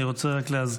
אני רק רוצה להזכיר,